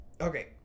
Okay